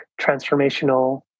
transformational